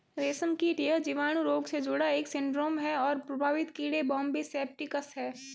रेशमकीट यह जीवाणु रोग से जुड़ा एक सिंड्रोम है और प्रभावित कीड़े बॉम्बे सेप्टिकस है